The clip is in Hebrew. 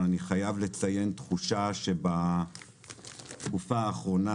אבל אני חייב לציין תחושה לפיה בתקופה האחרונה,